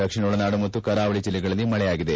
ದಕ್ಷಿಣ ಒಳನಾಡು ಮತ್ತು ಕರಾವಳಿ ಜಲ್ಲಿಗಳಲ್ಲಿ ಮಳೆಯಾಗಿದೆ